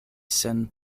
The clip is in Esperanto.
sen